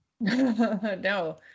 No